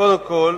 קודם כול,